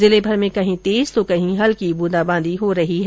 जिलेमर में कहीं तेज तो कहीं हल्की बूंदाबांदी हो रही है